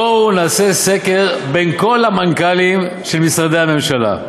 בואו נעשה סקר בין כל המנכ"לים של משרדי הממשלה,